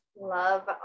Love